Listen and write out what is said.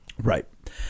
Right